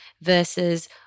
versus